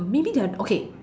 or maybe they're okay